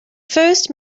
first